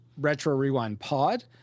RetroRewindPod